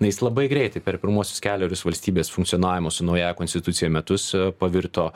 na jis labai greitai per pirmuosius kelerius valstybės funkcionavimo su naująja konstitucija metus pavirto